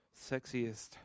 sexiest